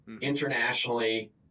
internationally